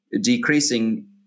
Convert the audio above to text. decreasing